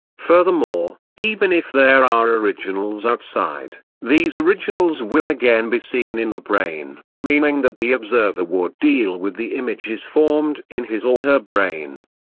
furthermore, even if there are originals outside, these originals will again be seen in the brain, meaning that the observer would deal with the images formed in his or her brain.